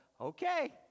okay